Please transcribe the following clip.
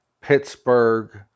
Pittsburgh